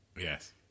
yes